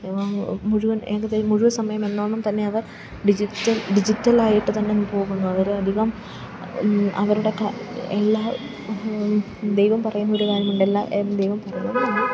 മുഴുവൻ മുഴുസമയം എന്നവണ്ണം തന്നെ അവർ ഡിജിറ്റൽ ഡിജിറ്റൽ ആയിട്ട് തന്നെ പോകുന്നു അവർ അധികം അവരുടെ എല്ലാ ദൈവം പറയുന്ന ഒരു കാര്യമുണ്ട് എല്ലാ ദൈവം